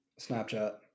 Snapchat